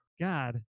god